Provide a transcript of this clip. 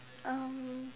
um